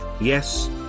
yes